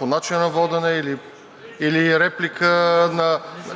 начина на водене или реплика,